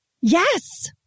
Yes